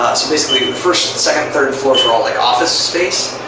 basically, the first, second, third floors are all like office space.